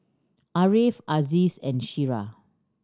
Ariff Aziz and Syirah